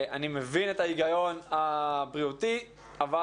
אני מבין את ההיגיון הבריאותי אבל